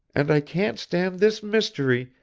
and i can't stand this mystery,